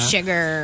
Sugar